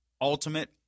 ultimate